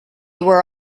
were